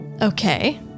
Okay